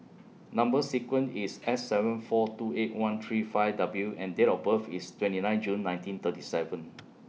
Number sequence IS S seven four two eight one three five W and Date of birth IS twenty nine June nineteen thirty seven